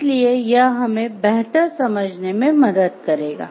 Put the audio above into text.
इसलिए यह हमें बेहतर समझने में मदद करेगा